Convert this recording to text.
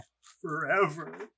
forever